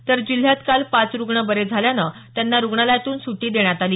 तर जिल्ह्यात काल पाच रुग्ण बरे झाल्यानं त्यांना रुग्णालयातून सुटी देण्यात आली